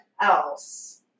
else